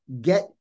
get